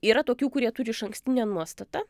yra tokių kurie turi išankstinę nuostatą